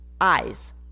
eyes